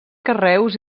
carreus